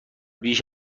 بیش